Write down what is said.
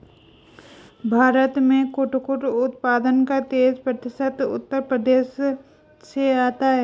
भारत में कुटकुट उत्पादन का तेईस प्रतिशत उत्तर प्रदेश से आता है